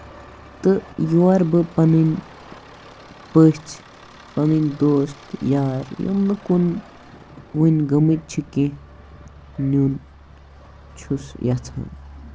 تہٕ یور بہٕ پَنٕنۍ پٔژھ پَنٕنۍ دوست یا ییٚمہٕ کُن وۄنۍ گٔمٕتۍ چھِ کیٚنہہ یِم چھُس بہٕ یَژھان